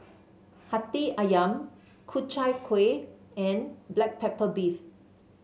Hati ayam Ku Chai Kueh and Black Pepper Beef